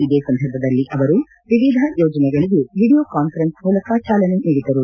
ಇದೇ ಸಂದರ್ಭದಲ್ಲಿ ಅವರು ವಿವಿಧ ಯೋಜನೆಗಳಿಗೆ ವಿಡಿಯೋ ಕಾನ್ಫರೆನ್ಸ್ ಮೂಲಕ ಚಾಲನೆ ನೀಡಿದರು